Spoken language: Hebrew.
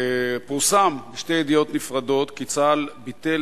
פורסם בשתי ידיעות נפרדות כי צה"ל ביטל